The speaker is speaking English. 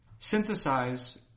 Synthesize